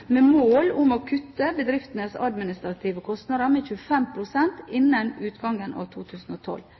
med mål om å kutte bedriftenes administrative kostnader med 25 pst. innen utgangen av 2012.